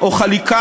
או חלוקה